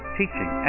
teaching